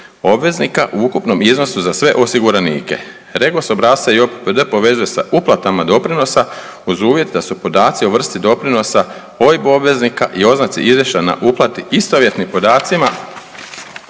obveznika u ukupnom iznosu za sve osiguranike. REGOS obrasca i JOPPD povezuje sa uplatama doprinosa uz uvjet da su podaci o vrsti doprinosa OIB obveznika i oznaci izvješena na uplati istovjetni podacima